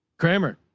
kramer,